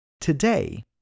Today